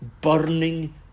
burning